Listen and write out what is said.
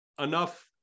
enough